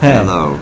Hello